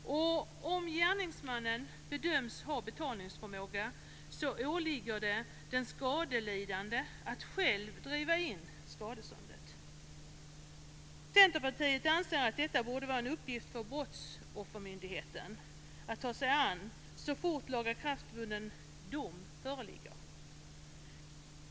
Om gärningsmannen bedöms ha betalningsförmåga åligger det den skadelidande att själv driva in skadeståndet. Centerpartiet anser att detta borde vara en uppgift för Brottsoffermyndigheten att ta sig an så fort lagakraftvunnen dom föreligger.